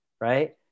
Right